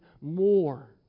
more